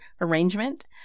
arrangement